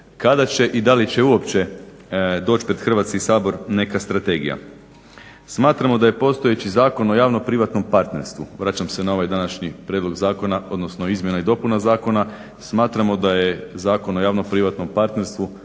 kada će i da li će uopće doći pred Hrvatski sabor neka strategija. Smatramo da je postojeći Zakon o javno privatnom partnerstvu, vraćam se na ovaj današnji prijedlog zakona odnosno izmjena i dopuna zakona, smatramo da je Zakon o javno privatnom partnerstvu